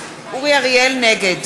אריאל, נגד